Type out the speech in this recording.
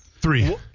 Three